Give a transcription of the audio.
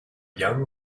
young